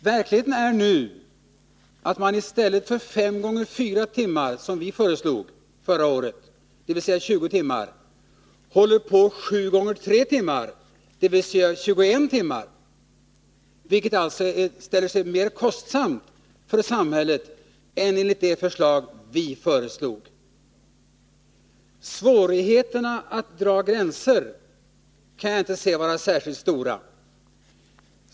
Verkligheten är nu att cirklarna i stället för att omfatta fem gånger fyra timmar, som vi föreslog förra året, dvs. 20 timmar, pågår i sju gånger tre timmar, dvs. 21 timmar. Det ställer sig mer kostsamt för samhället än det system vi föreslog. Jag kan vidare inte se att svårigheterna att dra gränser är särskilt stora.